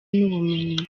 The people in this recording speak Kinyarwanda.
n’ubumenyi